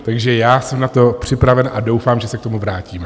Takže já jsem na to připraven a doufám, že se k tomu vrátíme.